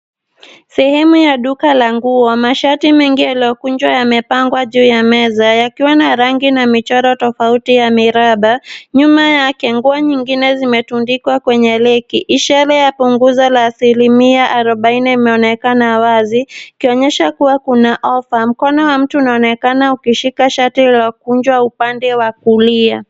Sehemu ya duka la nguo. Mashati mengi yaliyokunjwa yamepangwa juu ya meza yakiwa na rangi na michoro tofauti ya miraba. Nyuma yake, nguo nyingine zimetundikwa kwenye reki. Ishara ya punguzo la asilimia arobaini inaonekana wazi ikionyesha kuwa kuna ofa. Mkono wa mtu unaonekana ukishika shati lililokunjwa upande wa kulia.